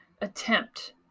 attempt